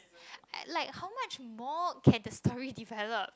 like how much more can the story develop